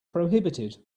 prohibited